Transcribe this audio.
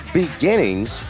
beginnings